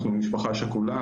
אנחנו ממשפחה שכולה,